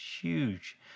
huge